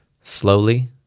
Slowly